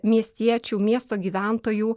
miestiečių miesto gyventojų